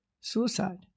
Suicide